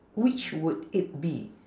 which would it be